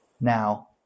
Now